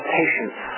patience